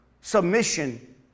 submission